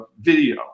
video